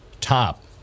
Top